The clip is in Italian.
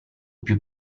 più